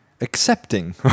accepting